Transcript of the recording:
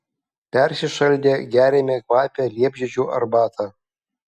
persišaldę geriame kvapią liepžiedžių arbatą